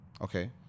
Okay